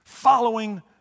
following